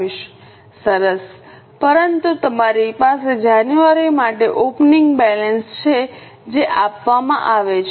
સરસ પરંતુ તમારી પાસે જાન્યુઆરી માટે ઓપનિંગ બેલેન્સ છે જે આપવામાં આવે છે